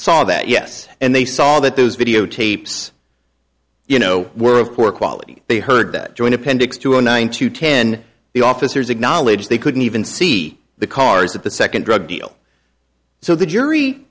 saw that yes and they saw that those videotapes you know were of poor quality they heard that joint appendix to a nine to ten the officers acknowledge they couldn't even see the cars at the second drug deal so the jury